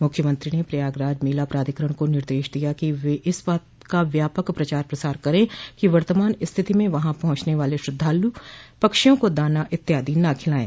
मुख्यमंत्री ने प्रयागराज मेला प्राधिकरण को निदेश दिया कि वह इस बात का व्यापक प्रचार प्रसार करे कि वर्तमान स्थित में वहां पहुचने वाले श्रद्धालु पक्षियों को दाना इत्यादि न खिलाएं